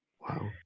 Wow